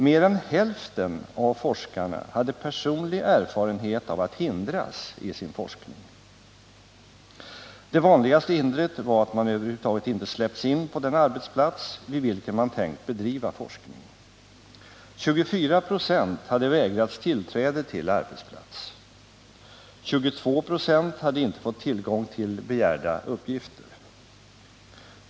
Mer än hälften av forskarna hade personlig erfarenhet av att hindras i sin forskning. Det vanligaste hindret var att man över huvud taget inte släppts in på den arbetsplats vid vilken man tänkt bedriva forskning. 24 "» hade vägrats tillträde till arbetsplats. 22 ”» hade inte fått tillgång till begärda uppgifter.